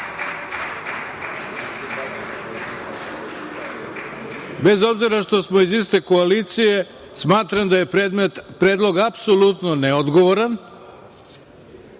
obzira što smo iz iste koalicije, smatram da je predlog apsolutno neodgovoran